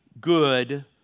good